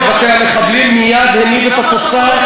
הרס בתי המחבלים מייד הניב את התוצאה,